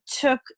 took